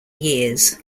years